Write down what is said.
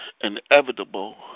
inevitable